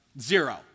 Zero